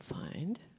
find